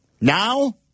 Now